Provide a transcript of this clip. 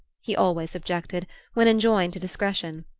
he always objected when enjoined to discretion.